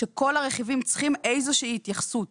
הרכיבים צריכים איזושהי התייחסות.